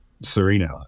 Serena